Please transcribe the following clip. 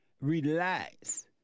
Relax